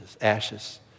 ashes